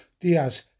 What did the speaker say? Diaz